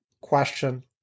question